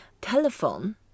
telephone